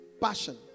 passion